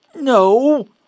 No